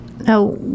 Now